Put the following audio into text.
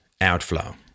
outflow